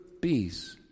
peace